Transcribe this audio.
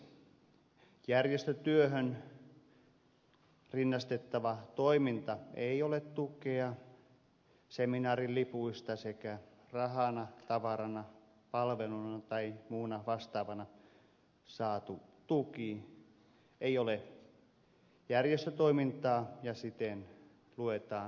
järjestötyöhön rinnastettava toiminta ei ole tukea seminaarilipuista sekä rahana tavarana palveluna tai muuna vastaavana saatu tuki ei ole järjestötoimintaa ja siten luetaan tukeen kuuluvaksi